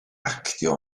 actio